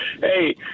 hey